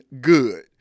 good